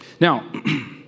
Now